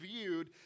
viewed